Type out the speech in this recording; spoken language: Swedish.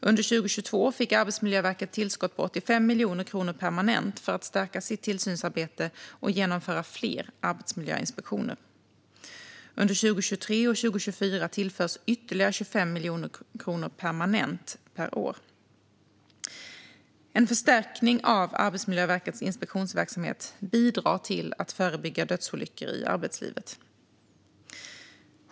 Under 2022 fick Arbetsmiljöverket tillskott på 85 miljoner kronor permanent för att stärka sitt tillsynsarbete och genomföra fler arbetsmiljöinspektioner. Under 2023 och 2024 tillförs ytterligare 25 miljoner kronor permanent per år. En förstärkning av Arbetsmiljöverkets inspektionsverksamhet bidrar till att förebygga dödsolyckor i arbetslivet.